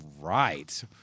right